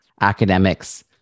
academics